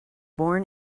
born